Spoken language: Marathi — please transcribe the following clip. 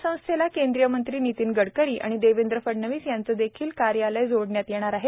या संस्थेला केंद्रीय मंत्री नितीन गडकरी आणि देवेंद्र फडणवीस यांचेदेखील कार्यालय जोडली गेली आहेत